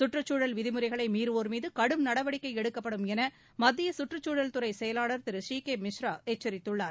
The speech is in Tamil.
கற்றுச்சூழல் விதிமுறைகளை மீறுவோர் மீது கடும் நடவடிக்கை எடுக்கப்படும் என மத்திய சுற்றுச்சூழல்துறை செயலாளர் திரு சி கே மிஸ்ரா எச்சரித்துள்ளார்